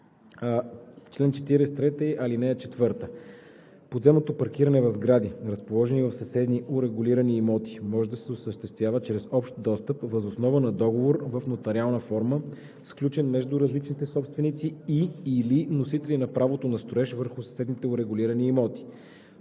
Член 43, ал. 4: „(4) Подземното паркиране в сгради, разположени в съседни урегулирани имоти, може да се осъществява чрез общ достъп, въз основа на договор в нотариална форма, сключен между различните собственици и/или носители на правото на строеж върху съседните урегулирани имоти.